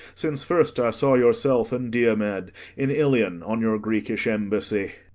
since first i saw yourself and diomed in ilion on your greekish embassy.